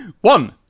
One